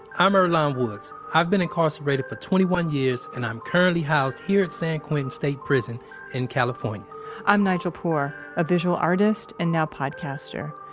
i'm earlonne woods. i've been incarcerated for twenty one years, and i'm currently housed here at san quentin state prison in california i'm nigel poor, poor, a visual artist and now podcaster.